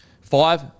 Five